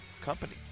company